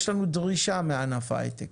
יש לנו דרישה מענף ההיי-טק,